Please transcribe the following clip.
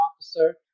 officer